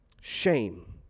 Shame